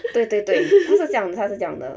对对对他是这样他是这样的